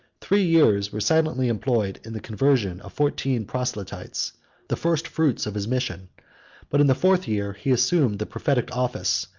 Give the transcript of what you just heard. three years were silently employed in the conversion of fourteen proselytes, the first-fruits of his mission but in the fourth year he assumed the prophetic office,